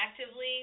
actively